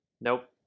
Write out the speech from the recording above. Nope